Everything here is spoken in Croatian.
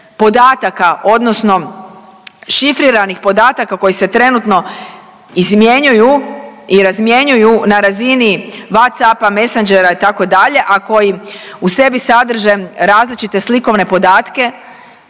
odnosno šifriranih podataka koji se trenutno izmjenjuju i razmjenjuju na razini Whatsappa, Messengera itd. a koji u sebi sadrže različite slikovne podatke